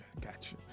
gotcha